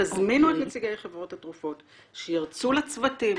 תזמינו את נציגי חברות התרופות, שירצו לצוותים,